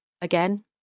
again